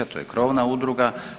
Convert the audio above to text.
To je krovna udruga.